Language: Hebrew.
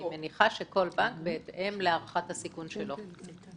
אני מניחה שכל בנק בהתאם להערכת הסיכון שלו.